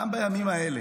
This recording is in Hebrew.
גם בימים האלה,